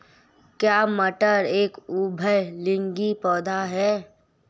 क्या मटर एक उभयलिंगी पौधा है?